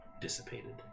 dissipated